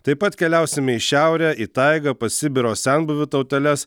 taip pat keliausime į šiaurę į taigą pas sibiro senbuvių tauteles